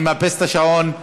אני מאפס את השעון.